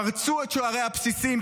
פרצו את שערי הבסיסים,